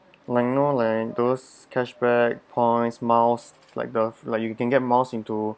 like you know like those cashback points miles like the like you can get miles into